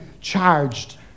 charged